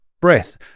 breath